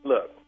Look